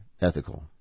ethical